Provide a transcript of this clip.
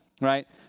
right